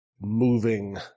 moving